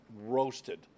roasted